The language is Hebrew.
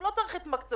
לא צריך התמקצעות,